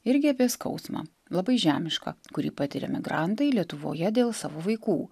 irgi apie skausmą labai žemišką kurį patiria migrantai lietuvoje dėl savo vaikų